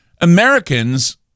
Americans